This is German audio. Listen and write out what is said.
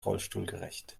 rollstuhlgerecht